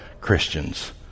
Christians